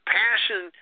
passion